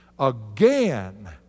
again